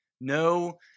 no